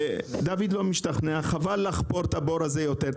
דוד לא משתכנע, חבל לחפור את הבור הזה יותר.